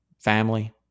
family